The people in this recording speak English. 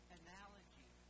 analogy